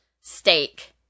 steak